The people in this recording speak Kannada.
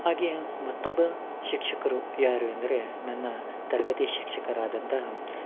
ಹಾಗೇ ಮತ್ತೊಬ್ಬ ಶಿಕ್ಷಕರು ಯಾರು ಎಂದರೆ ನನ್ನ ತರಗತಿ ಶಿಕ್ಷಕರಾದಂತಹ